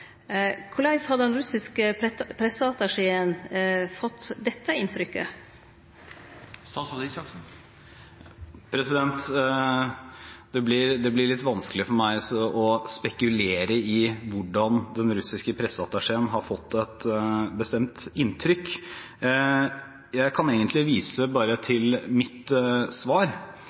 Korleis har den russiske presseattacheen fått dette inntrykket? Det blir litt vanskelig for meg å spekulere i hvordan den russiske presseattacheen har fått et bestemt inntrykk. Jeg kan egentlig bare vise til mitt svar,